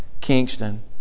Kingston